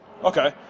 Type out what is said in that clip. Okay